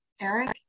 Eric